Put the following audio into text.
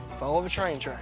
follow the train